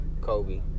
Kobe